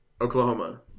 Oklahoma